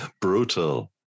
Brutal